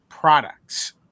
Products